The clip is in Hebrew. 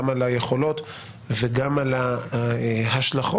גם על היכולות וגם על ההשלכות.